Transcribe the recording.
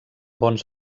bons